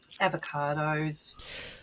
avocados